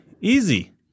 easy